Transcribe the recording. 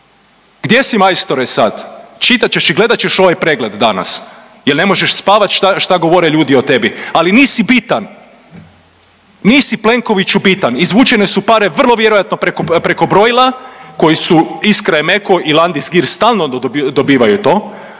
Gdje si, majstore, sad? Čitat ćeš i gledat ćeš ovaj pregled danas jer ne možeš spavati šta govore ljudi o tebi. Ali nisi bitan, niti, Plenkoviću bitan. Izvučene su pare vrlo vjerojatno preko brojila koji su Iskraemeco i Landis Gyr stalno dobivaju to.